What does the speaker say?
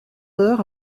d’heure